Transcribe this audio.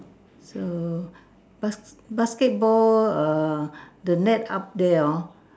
so bask~ basketball err the net up there hor